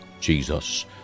Jesus